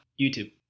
YouTube